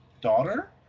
daughter